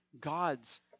God's